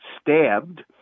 stabbed